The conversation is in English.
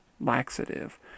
laxative